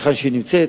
היכן שהיא נמצאת,